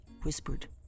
whispered